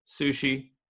sushi